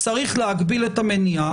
צריך להגביל את המניעה,